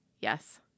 Yes